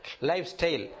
Lifestyle